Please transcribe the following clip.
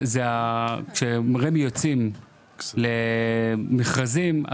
כשרמ"י יוצאים למכרזים,